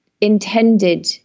intended